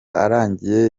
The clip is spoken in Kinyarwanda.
arangiye